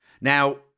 Now